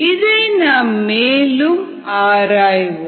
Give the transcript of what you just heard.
இதை நாம் மேலும் ஆராய்வோம்